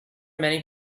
many